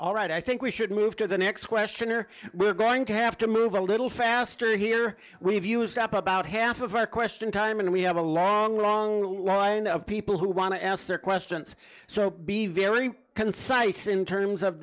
all right i think we should move to the next question or we're going to have to move a little faster here we've used up about half of our question time and we have a long long line of people who want to ask their questions so be very concise in terms of